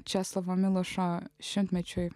česlovo milošo šimtmečiui